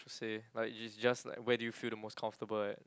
to say like you just like where do you feel the most comfortable like that